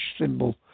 symbol